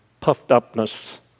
puffed-upness